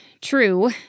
true